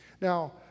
Now